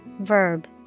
verb